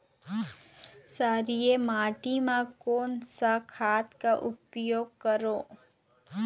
क्षारीय माटी मा कोन सा खाद का उपयोग करों?